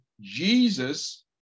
Jesus